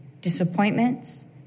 disappointments